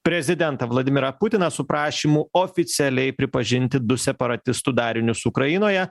prezidentą vladimirą putiną su prašymu oficialiai pripažinti du separatistų darinius ukrainoje